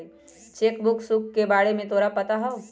Cheque book शुल्क के बारे में तोरा पता हवा?